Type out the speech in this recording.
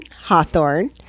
Hawthorne